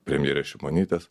premjerės šimonytės